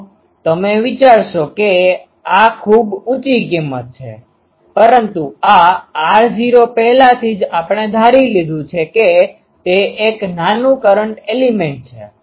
તો તમે વિચારશો કે આ ખૂબ ઉંચી કિંમત છે પરંતુ આ r0 પહેલાથી જ આપણે ધારી લીધું છે કે તે એક નાનું કરંટ એલિમેન્ટ છે